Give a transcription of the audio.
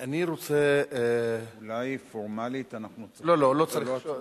אני רוצה, אולי פורמלית אנחנו, לא, לא צריך עכשיו.